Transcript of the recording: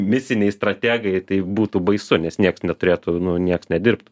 misiniai strategai tai būtų baisu nes nieks neturėtų nieks nedirbtų